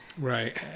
Right